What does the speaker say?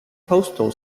postal